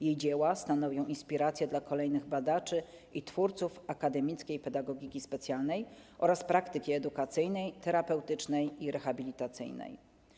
Jej dzieła stanowią inspirację dla kolejnych badaczy i twórców akademickiej pedagogiki specjalnej oraz praktyki edukacyjnej, terapeutycznej i rehabilitacyjnej.